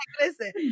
listen